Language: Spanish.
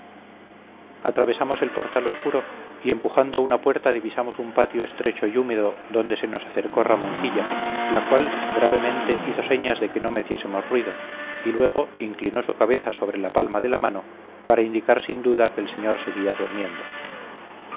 atravesamos el portal oscuro y empujando una puerta divisamos un patio estrecho y húmedo donde se nos apareció ramoncilla la cual gravemente hizo señas de que no metiésemos ruido y luego inclinó su cabeza sobre la palma de la mano para indicar sin duda que el señor seguía durmiendo